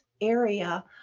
area